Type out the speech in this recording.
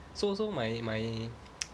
so so my my